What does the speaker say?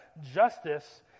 justice